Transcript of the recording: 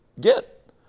get